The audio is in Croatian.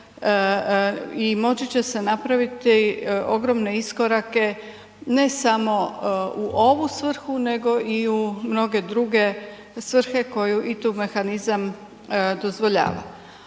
i moći će se napraviti ogromne iskorake ne samo u ovom svrhu nego i u mnoge druge svrhe koje i tu mehanizam dozvoljava.